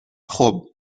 خوب